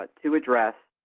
but to address